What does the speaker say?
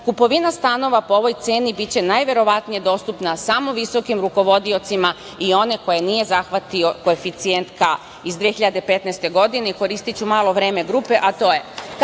Kupovina stanova po ovoj ceni biće najverovatnije dostupna samo visokim rukovodiocima i one koje nije zahvatio koeficijent iz 2015. godine, koristiću malo vreme grupe, a to je –